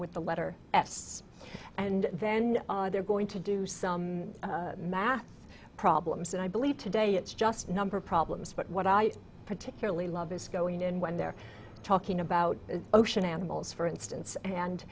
with the letter s and then they're going to do some math problems and i believe today it's just a number of problems but what i particularly love is going in when they're talking about ocean animals for instance and